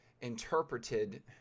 interpreted